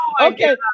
Okay